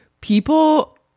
people